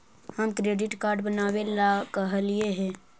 हम credit card बनावे ला कहलिऐ हे?